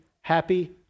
happy